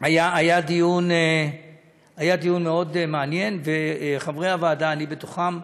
היה דיון מאוד מעניין, וחברי הוועדה, ואני בתוכם,